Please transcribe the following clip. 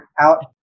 out